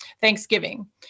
Thanksgiving